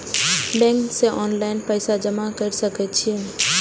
Bank में online पैसा जमा कर सके छीये?